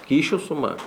kyšių suma